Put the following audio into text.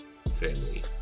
Family